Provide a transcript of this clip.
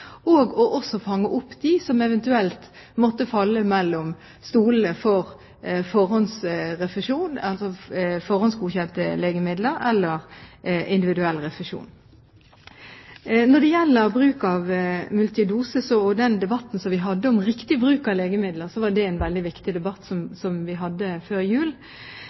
også viktig å fange opp dem som eventuelt måtte falle mellom to stoler, mellom forhåndsgodkjente legemidler og individuell refusjon. Når det gjelder bruk av multidose, var den debatten vi hadde før jul om riktig bruk av legemidler, veldig viktig. Jeg er helt enig i at multidose er et viktig